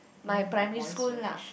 my primary school lah